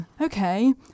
okay